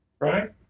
right